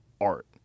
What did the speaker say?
art